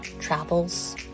travels